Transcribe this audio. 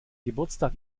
geburtstag